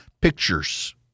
pictures